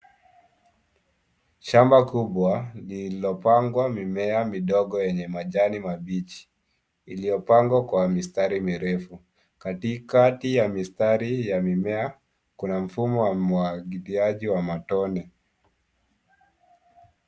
Shamba kubwa lililopangwa mimea midogo yenye majani mabichi, iliyopangwa kwa mistari mirefu. Katikati ya mistari ya mimea, kuna mfumo wa mwagiliaji wa matone.